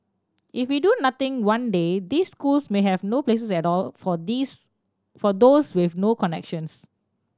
if we do nothing one day these schools may have no places at all for these for those with no connections